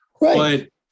right